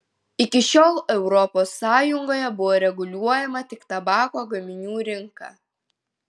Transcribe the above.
iki šiol europos sąjungoje buvo reguliuojama tik tabako gaminių rinka